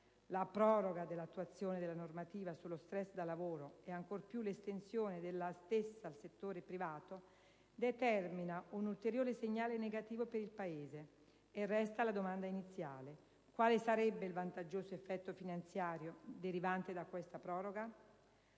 La proroga dell'attuazione della normativa sullo stress da lavoro ed ancor più l'estensione della stessa al settore privato determinano un ulteriore segnale negativo per il Paese, mentre resta la domanda iniziale: quale sarebbe il vantaggioso effetto finanziario derivante da questa proroga?